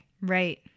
Right